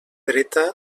dreta